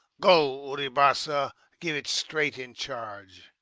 go, uribassa, give it straight in charge.